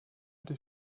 des